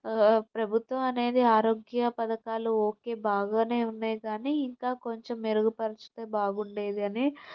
ప్రభుత్వం అనేది ఆరోగ్య పథకాలు ఓకే బాగానే ఉన్నాయి కానీ ఇంకా కొంచెం మెరుగుపరిచితే బాగుండేది అని